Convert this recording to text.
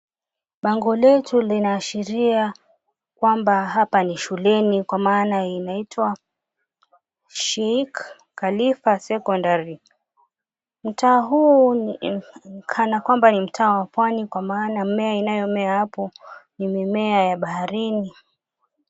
Bango letu linaashiria kwamba hapa ni shuleni, kwa maana inaitwa Sheikh Khalifa Secondary. Mtaa huu ni kana kwamba ni mtaa wa pwani, kwa maana mimea inayo mea hapo ni mimea ya baharini.